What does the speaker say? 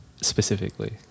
specifically